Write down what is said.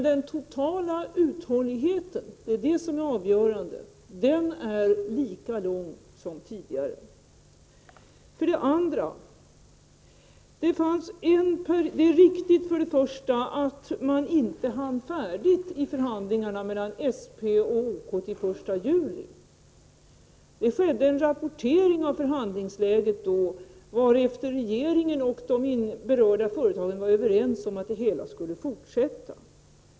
Den totala uthålligheten — det är det som är avgörande — är alltså lika stor som tidigare. För det andra vill jag säga: Först och främst är det riktigt att man inte blev färdig med förhandlingarna mellan SP och OK till den 1 juli. Det skedde en rapportering av förhandlingsläget då, varefter regeringen och de berörda företagen var överens om att det hela skulle fortsätta.